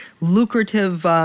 lucrative